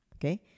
okay